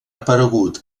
aparegut